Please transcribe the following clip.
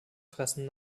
fressen